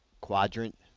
quadrant